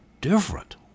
different